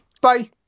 Bye